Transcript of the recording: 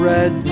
Red